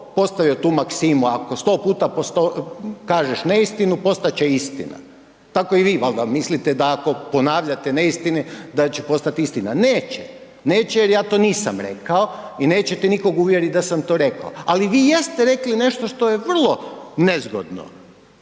postavio tu maksimu, ako 100 puta po 100 kažeš neistinu, postat će istina, tako i vi valda mislite da ako ponavljate neistine da će postat istina, neće, neće jer ja to nisam rekao i nećete nikog uvjerit da sam to rekao, al vi jeste rekli nešto što je vrlo nezgodno,